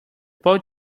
pup